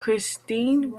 christine